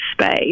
space